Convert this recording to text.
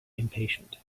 impatient